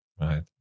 Right